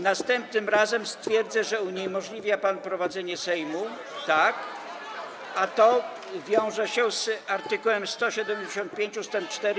Następnym razem stwierdzę, że uniemożliwia pan prowadzenie obrad Sejmu, a to wiąże się z art. 175 ust. 4.